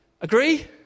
Agree